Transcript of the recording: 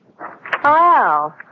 Hello